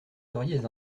seriez